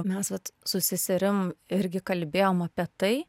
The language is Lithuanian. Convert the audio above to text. mes vat su seserim irgi kalbėjom apie tai